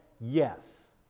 Yes